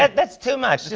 and that's too much.